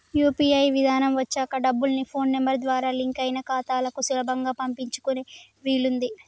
UPI విధానం వచ్చాక డబ్బుల్ని ఫోన్ నెంబర్ ద్వారా లింక్ అయిన ఖాతాలకు సులభంగా పంపించుకునే వీలుంది